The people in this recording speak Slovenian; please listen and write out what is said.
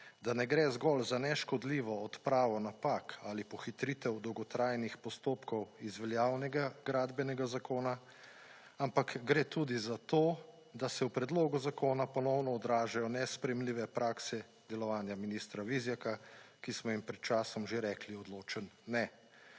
da ne gre zgolj za neškodljivo odpravo napak ali pohitritev dolgotrajnih postopkov iz veljavnega gradbenega zakona, ampak gre tudi za to, da se v predlogu zakona ponovno odražajo nesprejemljive prakse delovanja ministra Vizjaka, ki smo jim pred časom že rekli odločen ne.